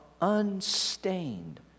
unstained